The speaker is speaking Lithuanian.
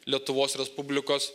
lietuvos respublikos